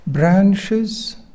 branches